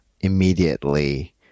immediately